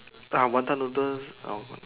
ah wanton noodles uh